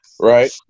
right